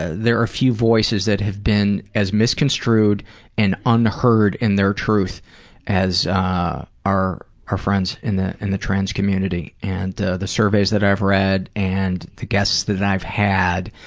ah there are few voices that have been as misconstrued and unheard in their truth as our friends in the and the trans community. and the the surveys that i've read and the guests that i've had,